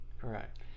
correct